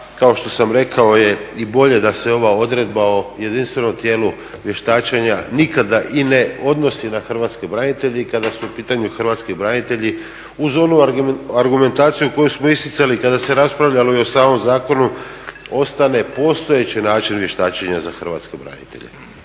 kao što sam rekao je i bolje da se ova odredba o jedinstvenom tijelu vještačenja nikada i ne odnosi na Hrvatske branitelje i kada su u pitanju Hrvatski branitelji uz onu argumentaciju koju smo isticali kada se raspravljalo i o samom zakonu ostane postojeći način vještačenja za Hrvatske branitelje.